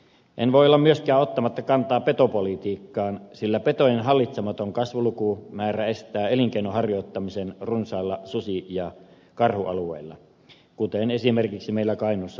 en voi olla myöskään ottamatta kantaa petopolitiikkaan sillä petojen hallitsematon lukumäärän kasvu estää elinkeinon harjoittamisen runsailla susi ja karhualueilla kuten esimerkiksi meillä kainuussa uhkaa käydä